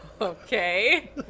Okay